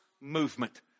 movement